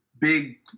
big